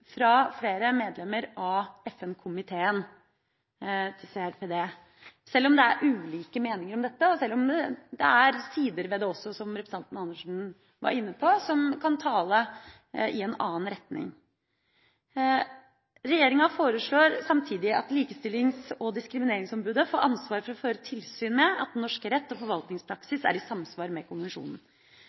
fra flere medlemmer av FN-komiteen til CRPD, sjøl om det er ulike meninger om dette, og sjøl om det også, som representanten Andersen var inne på, er sider ved det som kan tale i en annen retning. Regjeringa foreslår samtidig at Likestillings- og diskrimineringsombudet får ansvar for å føre tilsyn med at norsk rett og forvaltningspraksis er i samsvar med konvensjonen.